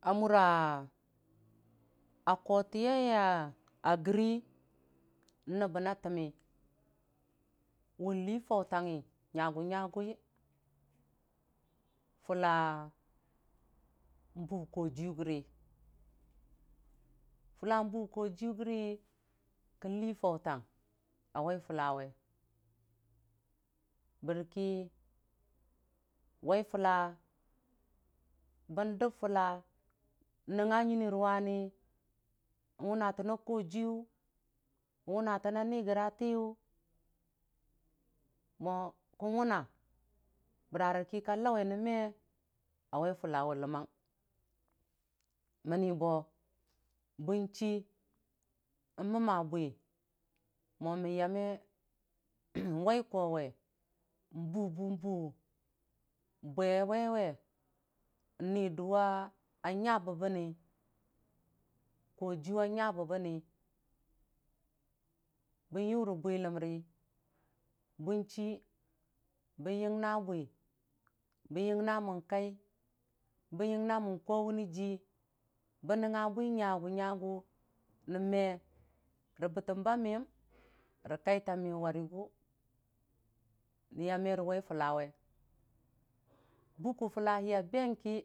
A mura kotiyangya a gəngʊ nnəmbən naa təmmii wu lii fautangngi yagʊ nyagʊwi fula nbu kojiyʊ gəri fʊla n'bu kojiyu gəri kən lii fautang a wai fʊlawe bərki wai fʊla bəndəm fʊla nəngnga nyini rʊwani wʊna tənna kojiyʊ n'wuna tənna nigra a tiyʊ mo kən wʊna bəra kika lau we nən me a wai fula we ləmang, mənni bwo bən ci n'mamaa bwi mo mən yam me wai kowe bubənbu bwe waiwe nnidʊwa a nya bəbənni kojiyʊ a nya bəbənni bənyu ri bwiləmi bənci bən yi ngna bwi bən yingna kowu nijii bən nangnga bwi nyagu nyagu nən me no jitəmea gu- nyagu nən me no jitimla miyam rikai ta miyʊ warigu nyamere wai fulawe bukə fula hi.